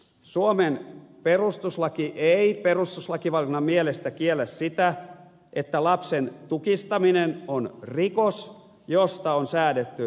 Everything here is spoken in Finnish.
suomen perustuslaki ei perustuslakivaliokunnan mielestä kiellä sitä että lapsen tukistaminen on rikos josta on säädetty rangaistus